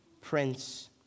Prince